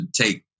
take